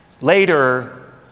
Later